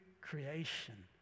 creation